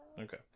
Okay